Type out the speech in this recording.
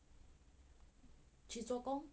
去做工